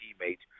teammates